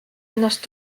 ennast